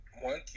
one